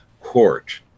court